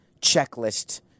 checklist